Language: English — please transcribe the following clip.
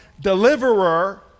deliverer